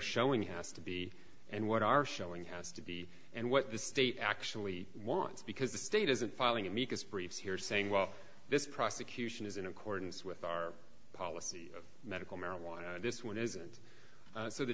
showing has to be and what are showing has to be and what the state actually wants because the state isn't filing amicus briefs here saying well this prosecution is in accordance with our policy medical marijuana this one isn't so the